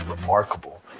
remarkable